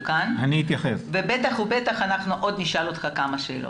כאן ובטח אנחנו עוד נשאל אותך כמה שאלות.